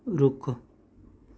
ਰੁੱਖ